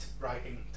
writing